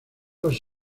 los